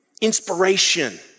Inspiration